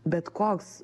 bet koks